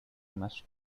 must